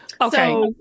okay